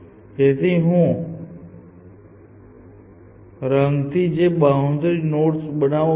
તેથી જો મારે કલોઝ લિસ્ટ બનાવવું હોય તોજો તે શરૂઆતનો નોડ હોય તો તેની અંદરની દરેક વસ્તુ કલોઝ લિસ્ટમાં હશે અને બૉઉન્ડ્રી પરની બધી જ વસ્તુઓ ઓપન રહેશે